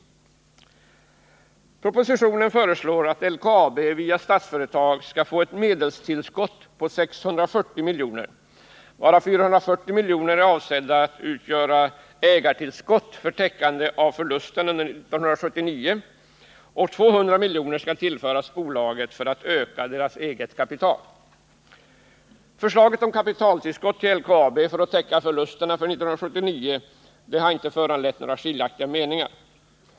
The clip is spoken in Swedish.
I propositionen föreslås att LKAB via Statsföretag skall få ett medelstillskott på 640 miljoner, varav 440 miljoner är avsedda att utgöra ägartillskott för täckande av förlusterna under år 1979 och 200 miljoner skall tillföras bolaget för att öka dess eget kapital. Förslaget om kapitaltillskott till LKAB för att täcka förlusterna för 1979 har inte föranlett några skiljaktiga meningar.